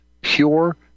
pure